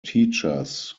teachers